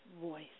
voice